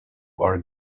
our